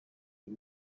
uyu